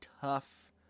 tough